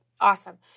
Awesome